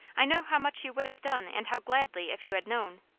i know how much you would have done, and how gladly, if you had known.